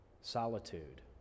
solitude